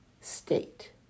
state